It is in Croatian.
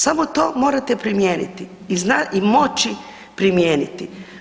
Samo to morate primijeniti i moći primijeniti.